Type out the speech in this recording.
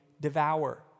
devour